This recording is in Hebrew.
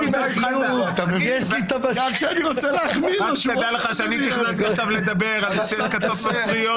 לכן אני אומר עוד פעם,